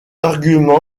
argument